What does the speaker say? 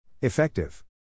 Effective